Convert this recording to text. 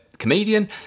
comedian